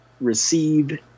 receive